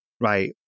right